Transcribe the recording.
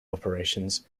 operations